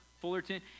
Fullerton